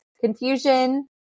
Confusion